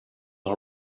all